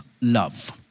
love